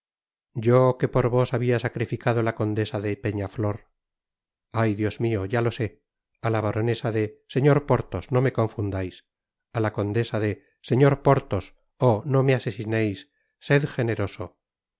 yo que por vos habia sacrificado la condesa de peñaflor ay dios mio ya lo sé a la baronesa de señor porthos no me confundais ra la condesa de señor porthos oh no me asesineis sed generoso